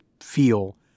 feel